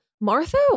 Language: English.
Martha